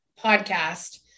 podcast